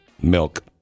Milk